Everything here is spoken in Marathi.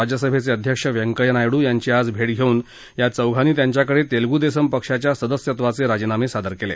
राज्यसभेचे अध्यक्ष व्यंकय्या नायडू यांची आज भेट घेऊन या चौघांनी त्यांच्याकडे तेलगू देसम पक्षाच्या सदस्यत्वाचे राजीनामे सादर केले